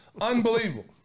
Unbelievable